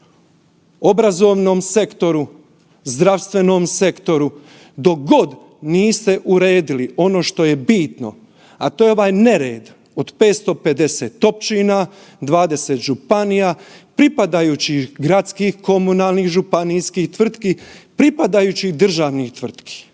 obrazovnom sektoru, zdravstvenom sektoru dok god niste uredili ono što je bitno, a to je ovaj nered od 550 općina, 20 županija, pripadajući gradskih komunalnih županijskih tvrtki, pripadajućih državnih tvrtki.